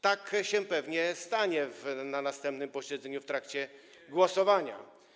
Tak się pewnie stanie na następnym posiedzeniu w trakcie głosowania.